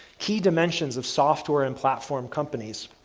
key dimensions of software and platform companies.